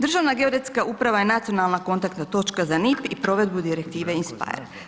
Državna geodetska uprava je nacionalna kontaktna točka za NIPP i provedbu Direktive in speyer.